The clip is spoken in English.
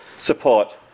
support